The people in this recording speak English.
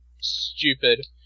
stupid